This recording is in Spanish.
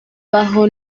bajo